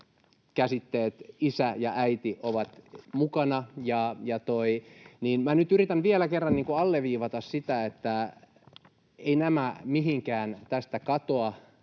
käsitteet ”isä” ja ”äiti” ovat mukana. Minä nyt yritän vielä kerran alleviivata sitä, että eivät nämä lait mihinkään tästä katoa,